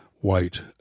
white